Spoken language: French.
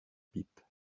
pipe